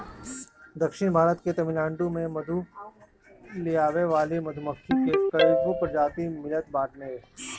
दक्षिण भारत के तमिलनाडु में मधु लियावे वाली मधुमक्खी के कईगो प्रजाति मिलत बावे